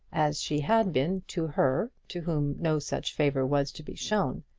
as she had been to her to whom no such favour was to be shown.